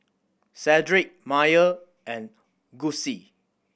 Cedric Maia and Gussie